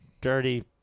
Dirty